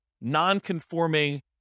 non-conforming